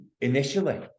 initially